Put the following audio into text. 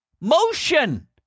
motion